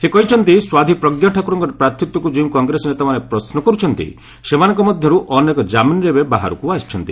ସେ କହିଛନ୍ତି ସାଧ୍ୱି ପ୍ରଜ୍ଞା ଠାକୁରଙ୍କ ପ୍ରାର୍ଥୀତ୍ୱକୁ ଯେଉଁ କଗ୍ରେସ ନେତାମାନେ ପ୍ରଶ୍ନ କରୁଛନ୍ତି ସେମାନଙ୍କ ମଧ୍ୟରୁ ଅନେକ କାମିନ୍ରେ ଏବେ ବାହାରକୁ ଆସିଛନ୍ତି